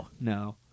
no